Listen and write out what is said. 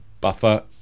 buffer